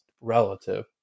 relative